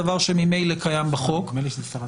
דבר שממילא קיים בחוק -- נדמה לי שזאת שרת